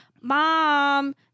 mom